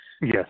Yes